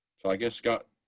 so i guess scott,